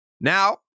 now